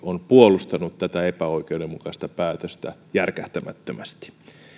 on puolustanut tätä epäoikeudenmukaista päätöstä järkähtämättömästi